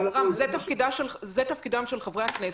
זה תפקידם של חברי הכנסת,